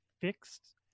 fixed